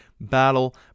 battle